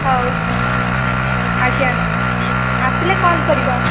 ହଉ ଆଜ୍ଞା ଆସିଲେ କଲ୍ କରିବ